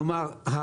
כלומר,